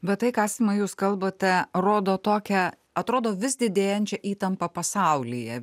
bet tai ką simai jūs kalbate rodo tokią atrodo vis didėjančią įtampą pasaulyje